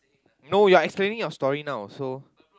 no you are explaining your story now so